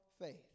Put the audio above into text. faith